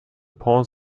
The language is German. pont